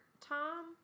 Tom